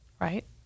right